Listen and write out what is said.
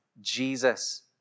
Jesus